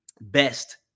best